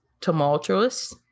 tumultuous